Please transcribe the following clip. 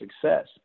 success